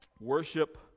worship